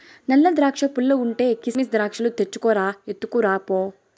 నల్ల ద్రాక్షా పుల్లగుంటే, కిసిమెస్ ద్రాక్షాలు తెచ్చుకు రా, ఎత్తుకురా పో